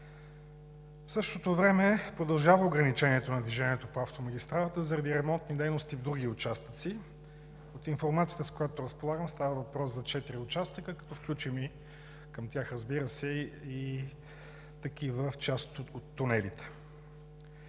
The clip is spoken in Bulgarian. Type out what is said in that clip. В същото време продължава ограничението на движението по автомагистралата заради ремонтни дейности в други участъци. От информацията, с която разполагам, става въпрос за четири участъка, като включим към тях, разбира се, и такива в част от тунелите.